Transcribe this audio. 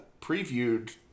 previewed